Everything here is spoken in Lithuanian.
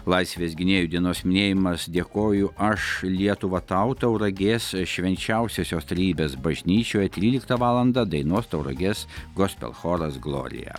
laisvės gynėjų dienos minėjimas dėkoju aš lietuva tau tauragės švenčiausiosios trejybės bažnyčioje tryliktą valandą dainuos tauragės gospel choras glorija